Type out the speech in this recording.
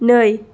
नै